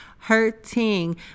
hurting